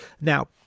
now